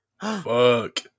Fuck